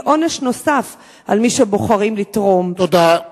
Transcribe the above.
עונש נוסף על מי שבוחרים לתרום." תודה.